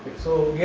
so, yeah